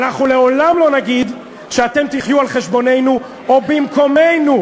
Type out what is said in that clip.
אבל אנחנו לעולם לא נגיד שאתם תחיו על חשבוננו או במקומנו.